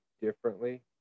differently